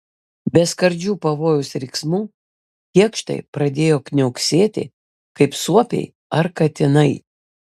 be skardžių pavojaus riksmų kėkštai pradėjo kniauksėti kaip suopiai ar katinai